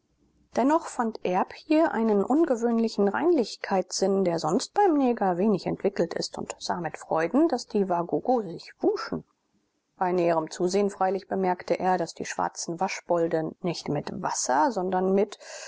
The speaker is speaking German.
dennoch fand erb hier einen ungewöhnlichen reinlichkeitssinn der sonst beim neger wenig entwickelt ist und sah mit freuden daß die wagogo sich wuschen bei näherem zusehen freilich bemerkte er daß die schwarzen waschbolde nicht mit wasser sondern mit